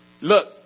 look